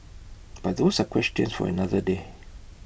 but those are questions for another day